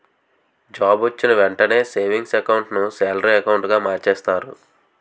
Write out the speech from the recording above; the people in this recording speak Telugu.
జాబ్ వొచ్చిన వెంటనే సేవింగ్స్ ఎకౌంట్ ను సాలరీ అకౌంటుగా మార్చేస్తారు